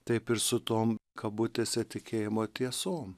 taip ir su tom kabutėse tikėjimo tiesom